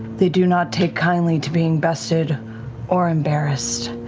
they do not take kindly to being bested or embarrassed